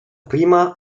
prima